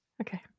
Okay